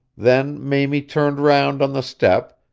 then mamie turned round on the step,